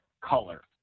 color